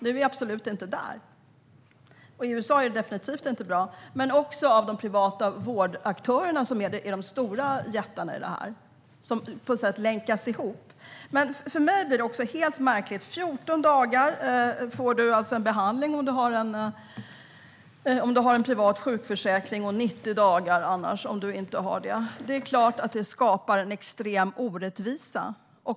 Nu är vi absolut inte där, och i USA är det definitivt inte bra, men det handlar också om de privata vårdaktörerna som är de stora jättarna i det här och de länkas på något sätt ihop. För mig blir det här helt märkligt. Om du har en privat sjukförsäkring får du alltså behandling inom 14 dagar, annars är det inom 90 dagar. Det är klart att det skapar en extrem orättvisa.